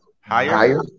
Higher